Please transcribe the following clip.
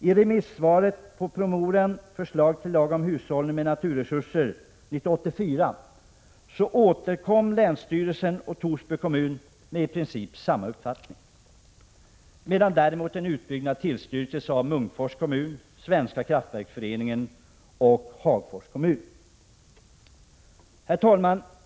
I remissvaret 1984 på promemorian Förslag till lag om hushållning med naturresurser återkom länsstyrelsen och Torsby kommun med i princip samma uppfattning. En utbyggnad tillstyrktes däremot av Munkfors kommun, Svenska kraftverksföreningen och Hagfors kommun. Herr talman!